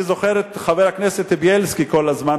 אני זוכר את חבר הכנסת בילסקי שכל הזמן